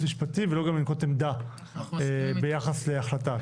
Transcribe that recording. משפטי ולא גם לנקוט עמדה ביחס להחלטה.